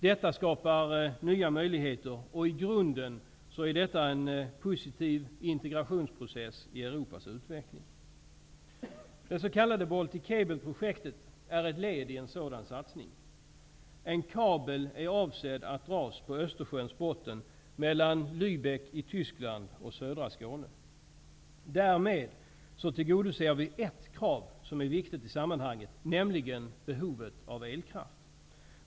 Detta skapar nya möjligheter, och i grunden är detta en positiv integrationsprocess i Europas utveckling. Det s.k. Baltic Cable-projektet är ett led i en sådan satsning. Avsikten är att dra en kabel på Östersjöns botten mellan Lübeck i Tyskland och södra Skåne. Därmed tillgodoser vi ett krav som är viktigt i sammanhanget, nämligen behovet av elkraft.